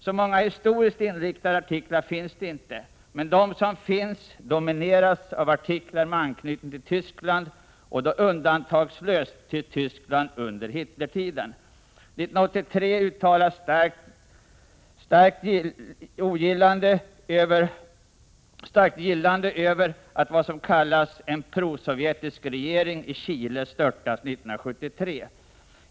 Så många historiskt inriktade artiklar finns det inte, men de som finns är huvudsakligen artiklar med anknytning till Tyskland, och då undantagslöst till Tyskland under Hitlertiden. År 1981 uttalades starkt gillande av att ”en prosovjetisk regering” i Chile störtades 1973.